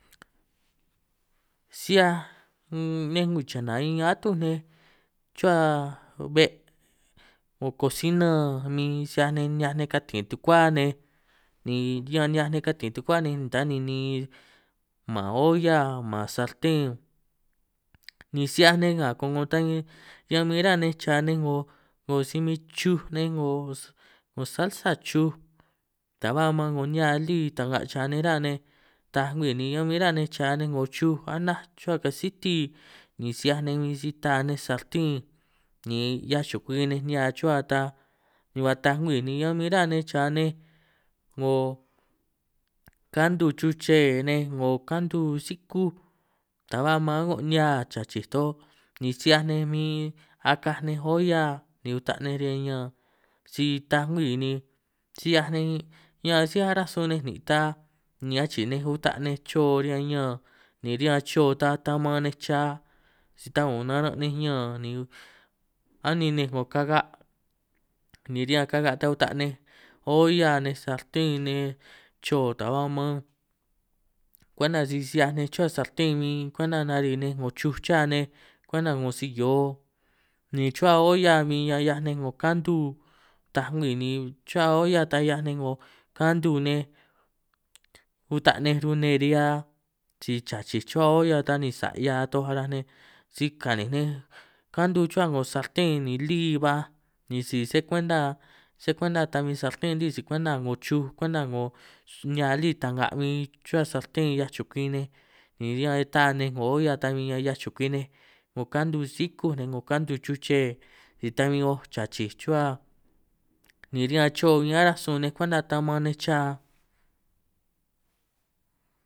Si 'hiaj nej ngwii chana ñan atuj nej chuhua be' 'ngo kosina min, si 'hiaj nej kati tukua nej ni ñan ni'hiaj nej kati tukua nej, ta ninin man olla man sarten ni si 'hiaj nej nga ko'ngo ta bbin ñan min ra nej cha nej, 'ngo si min chuj nej 'ngo salsa chuj ta ba ma'an 'ngo nihia lí ta'nga cha nej ra nej, taaj ngwii ni ñan min ra ni chaj nej 'ngo chuj anaj chuhua kasiti ni si 'hiaj nej min si ta'a nin sarten, ni 'hiaj chukwui ninj nihia chuhua ta ni ba taaj nkwii ni ñan min chuhua nej chaj nej ´ngo kantu chuche nej, 'ngo kantu sikúj ta ba maan a'ngo nihia chachij toj, ni si 'hiaj ni min akaj nej olla ni uta nej riñan ñaan si taaj ngwii ni si 'hiaj ninj ñan sij araj sun ninj nin' ta ni achi'i ninj uta' ninj chio riñan ñaan, ni riñan chio ta ta'man nej cha taun naran' ninj ñaan ni anin ninj 'ngo kaga', ni riñan kaga' tan uta ninj olla nej sarten nej chio ta ba maan kwenta si si 'hiaj ninj chuhua sarten min, kwenta nari' nej 'ngo chuj cha nej kwenta 'ngo si hio, ni chuhua olla min ñan 'hiaj nej 'ngo kantu, taaj ngwii ni chuhua tan 'hiaj nej ´ngo kantu nej uta' nej rune ri'hia, si chachij chuhua olla ta ni sa' 'hia toj ara nej si ka'nij nej kantu chuhua 'ngo sarten, ni lí baj ni si sé kwenta sé kwenta ta bin sarten lí, si kwenta 'ngo chuj kwenta 'ngo nihia lí ta'nga bin chuhua sarten 'hiaj chukwi nej, ni ñan taaj nej 'ngo olla ta bin 'hiaj chukwi nej 'ngo kantu sikú nej, 'ngo kantu chuche si ta bin o' chachij chuhua, ni riñan chio bin aranj sun nej kwenta ta'man nej cha.